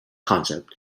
concept